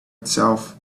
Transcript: itself